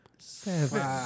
Seven